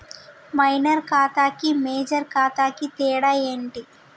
Minor ఖాతా కి major ఖాతా కి తేడా ఏంటి?